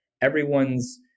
everyone's